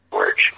work